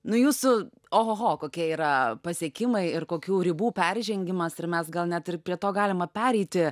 nu jūsų ohoho kokie yra pasiekimai ir kokių ribų peržengimas ir mes gal net ir prie to galima pereiti